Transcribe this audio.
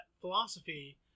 philosophy